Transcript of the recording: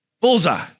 Bullseye